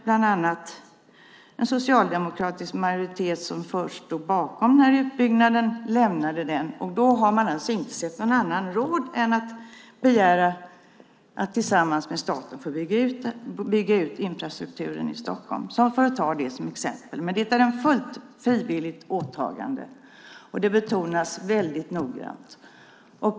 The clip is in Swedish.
Bland annat stod en socialdemokratisk majoritet först bakom den här utbyggnaden men lämnade den sedan. Då har man alltså inte sett någon annan råd än att begära att tillsammans med staten få bygga ut infrastrukturen i Stockholm. Jag nämner det som ett exempel. Men det är ett fullt frivilligt åtagande, och det betonas väldigt noggrant.